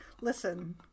Listen